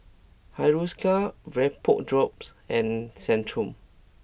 Hiruscar VapoDrops and Centrum